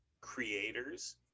creators